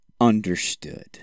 Understood